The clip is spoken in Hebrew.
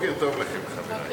בוקר טוב לכם, חברי.